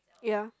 ya